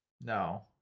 no